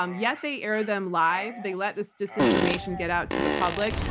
um yet they air them live. they let this disinformation get out to the public,